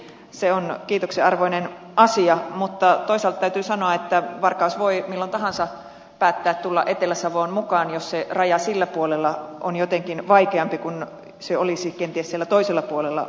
se on kiitoksen arvoinen asia mutta toisaalta täytyy sanoa että varkaus voi milloin tahansa päättää tulla etelä savoon mukaan jos se raja sillä puolella on jotenkin vaikeampi kuin se olisi kenties siellä toisella puolella kaupunkia